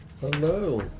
Hello